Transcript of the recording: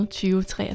2023